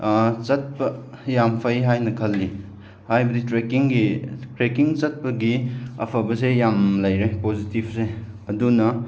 ꯆꯠꯄ ꯌꯥꯝ ꯐꯩ ꯍꯥꯏꯅ ꯈꯜꯂꯤ ꯍꯥꯏꯕꯗꯤ ꯇ꯭ꯔꯦꯀꯤꯡꯒꯤ ꯇ꯭ꯔꯦꯀꯤꯡ ꯆꯠꯄꯒꯤ ꯑꯐꯕꯁꯦ ꯌꯥꯝ ꯂꯩꯔꯦ ꯄꯣꯖꯤꯇꯤꯐꯁꯦ ꯑꯗꯨꯅ